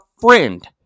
friend